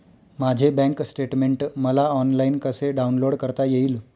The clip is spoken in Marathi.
माझे बँक स्टेटमेन्ट मला ऑनलाईन कसे डाउनलोड करता येईल?